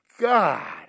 God